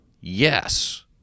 yes